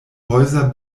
häuser